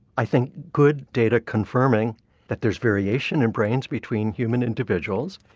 i think good data confirming that there is variation in brains between human individuals,